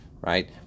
Right